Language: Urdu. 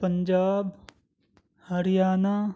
پنجاب ہریانہ